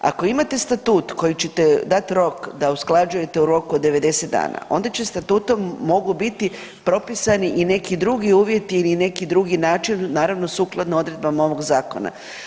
Ako imate statut koji ćete dat rok da usklađujete u roku od 90 dana onda statutom mogu biti propisani i neki drugi uvjeti ili neki drugi način naravno sukladno odredbama ovog zakona.